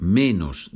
menos